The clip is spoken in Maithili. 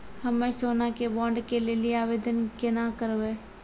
हम्मे सोना के बॉन्ड के लेली आवेदन केना करबै?